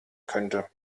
könnte